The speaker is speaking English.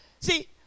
see